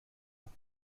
ans